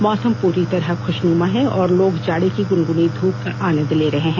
मौसम पूरी तरह खुशनुमा है और लोग जाड़े की गुनगुनी धूप का आनंद ले रहे हैं